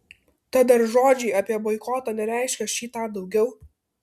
tad ar žodžiai apie boikotą nereiškia šį tą daugiau